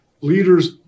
leaders